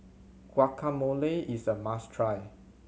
guacamole is a must try